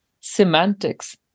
semantics